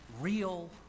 real